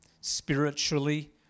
spiritually